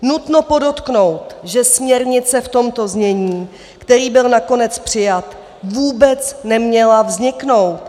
Nutno podotknout, že směrnice v tomto znění, která byla nakonec přijata, vůbec neměla vzniknout.